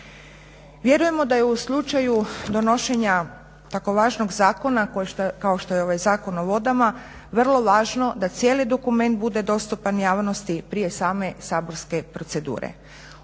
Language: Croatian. Vjerujemo da je u slučaju donošenja tako važnog zakona kao što je ovaj Zakon o vodama vrlo važno da cijeli dokument bude dostupan javnosti prije same saborske procedure.